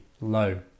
low